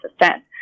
assistant